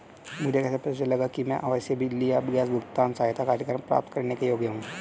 मुझे कैसे पता चलेगा कि मैं आवासीय बिजली या गैस भुगतान सहायता कार्यक्रम प्राप्त करने के योग्य हूँ?